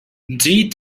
dee